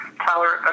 Tyler